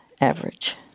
average